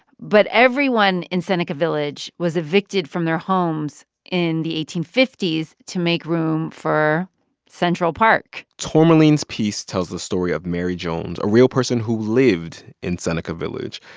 but everyone in seneca village was evicted from their homes in the eighteen fifty s to make room for central park tourmaline's piece tells the story of mary jones, a real person who lived in seneca village.